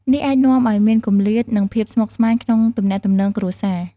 នេះអាចនាំឲ្យមានគម្លាតរ និងភាពស្មុគស្មាញក្នុងទំនាក់ទំនងគ្រួសារ។